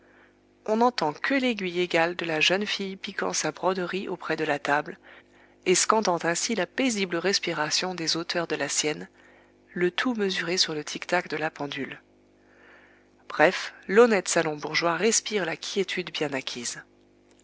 on n'entend que l'aiguille égale de la jeune fille piquant sa broderie auprès de la table et scandant ainsi la paisible respiration des auteurs de la sienne le tout mesuré sur le tic-tac de la pendule bref l'honnête salon bourgeois respire la quiétude bien acquise